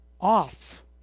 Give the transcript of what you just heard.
off